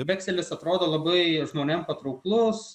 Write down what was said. vekselis atrodo labai žmonėm patrauklus